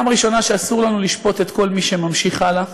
דבר ראשון, שאסור לנו לשפוט את כל מי שממשיך הלאה.